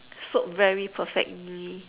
soap very perfectly